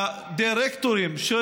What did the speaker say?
בדירקטורים של